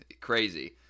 Crazy